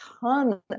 ton